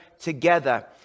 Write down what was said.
together